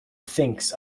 thinks